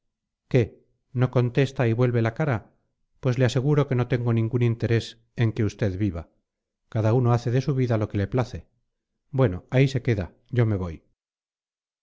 qué no contesta y vuelve la cara pues le aseguro que no tengo ningún interés en que usted viva cada uno hace de su vida lo que le place bueno ahí se queda yo me voy